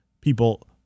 People